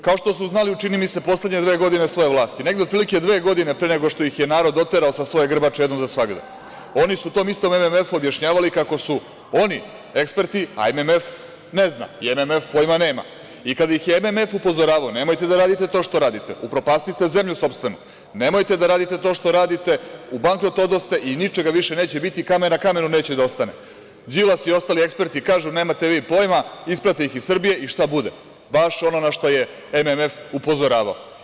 Kao što su znali, čini mi se, u poslednje dve godine svoje vlasti - negde otprilike dve godine pre nego što ih je narod oterao sa svoje grbače jednom za svagda, oni su tom istom MMF objašnjavali kako su oni eksperti a MMF ne zna i MMF pojma nema i kada ih je MMF upozoravao – nemojte da radite to što radite, upropastićete zemlju sopstvenu, nemojte da radite to što radite, u bankrot odoste i ničega više neće biti, kamen na kamenu neće da ostane, Đilas i ostali eksperti kažu – nemate vi pojma, isprate ih ih Srbije i šta bude – baš ono na šta je MMF upozoravao.